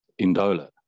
Indola